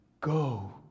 go